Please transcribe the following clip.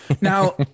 Now